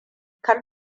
kar